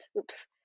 oops